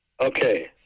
Okay